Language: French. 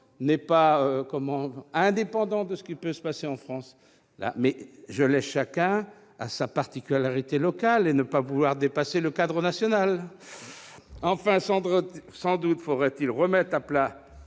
n'est pas indépendant de ce qui se passe en France. Mais je laisse chacun à sa particularité locale et à sa volonté de ne pas dépasser le cadre national ... Enfin, sans doute faudrait-il remettre à plat